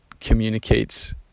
communicates